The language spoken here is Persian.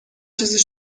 چیزی